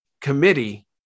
committee